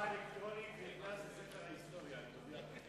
ההסתייגות של חבר הכנסת יואל חסון לסעיף 05,